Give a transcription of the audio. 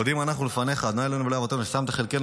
מודים אנחנו לפניך ה' אלהינו ששמת חלקנו